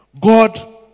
God